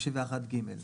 ב-61(ג).